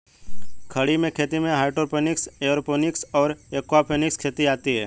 खड़ी खेती में हाइड्रोपोनिक्स, एयरोपोनिक्स और एक्वापोनिक्स खेती आती हैं